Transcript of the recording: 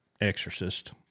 exorcist